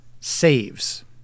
saves